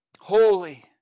holy